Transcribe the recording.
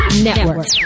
Network